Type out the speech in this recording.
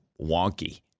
wonky